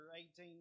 18